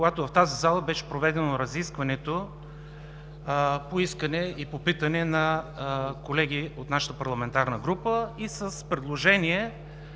когато в тази зала беше проведено разискването по питане от колеги от нашата парламентарна група с предложение